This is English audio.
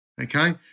okay